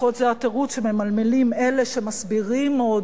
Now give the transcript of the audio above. לפחות זה התירוץ שממלמלים אלה שמסבירים עוד,